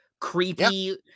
creepy